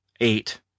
eight